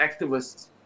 activists